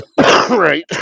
right